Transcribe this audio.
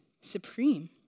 supreme